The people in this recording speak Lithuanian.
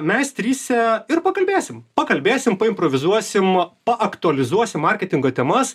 mes tryse ir pakalbėsim pakalbėsim paimprovizuosim paaktualizuosim marketingo temas